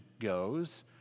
goes